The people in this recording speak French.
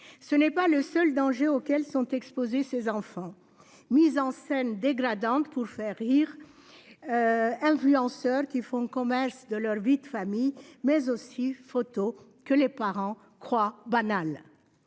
ce n'est pas le seul danger auquel sont exposés ces enfants : mises en scène dégradantes pour faire rire, influenceurs qui font commerce de leur vie de famille ... Ces pratiques favorisent le